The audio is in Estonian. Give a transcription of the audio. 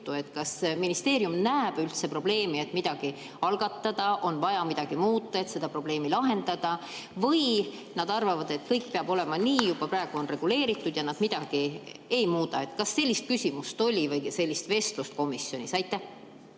Kas ministeerium näeb üldse probleemi, et on vaja midagi algatada, on vaja midagi muuta selle probleemi lahendamiseks? Või nad arvavad, et kõik peab olema nii, nagu juba praegu on reguleeritud, ja nad midagi ei muuda? Kas sellist küsimust või sellist vestlust oli komisjonis?